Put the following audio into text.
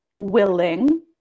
willing